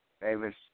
Davis